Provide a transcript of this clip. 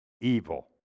evil